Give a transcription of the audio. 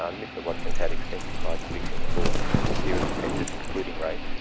um mr watkins had extensive prior convictions for serious offences, including rape,